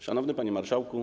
Szanowny Panie Marszałku!